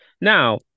Now